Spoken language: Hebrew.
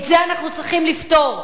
את זה אנחנו צריכים לפתור.